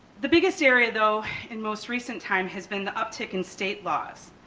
the biggest area though, in most recent time has been the uptick in state laws.